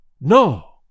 No